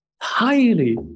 Highly